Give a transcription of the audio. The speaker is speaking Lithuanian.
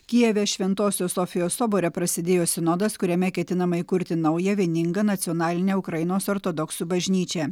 kijeve šventosios sofijos sobore prasidėjo sinodas kuriame ketinama įkurti naują vieningą nacionalinę ukrainos ortodoksų bažnyčią